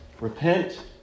Repent